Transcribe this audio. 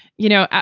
you know,